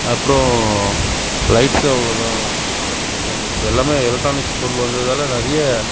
அப்றம் லைட்ஸும் அவ்வளோ தான் ஆட்டோமெட்டிக்கில் வந்துச்சு எல்லாமே எலக்ட்ரானிக்ஸ் பொருள் வந்ததால் நிறைய